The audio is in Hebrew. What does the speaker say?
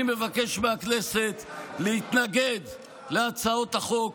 אני מבקש מהכנסת להתנגד להצעות החוק,